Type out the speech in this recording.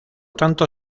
tanto